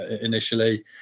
initially